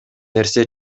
нерсе